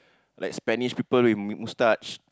like Spanish people with mo~ moustache